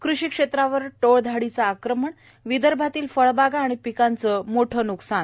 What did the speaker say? कृषि क्षेत्रावर टोळधाडीचं आक्रमण विदर्भातील फळबागा आणि पिकांचं मोठं न्कसान